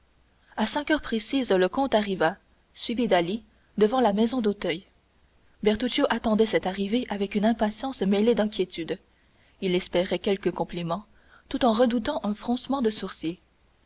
à cinq heures précises le comte arriva suivi d'ali devant la maison d'auteuil bertuccio attendait cette arrivée avec une impatience mêlée d'inquiétude il espérait quelques compliments tout en redoutant un froncement de sourcils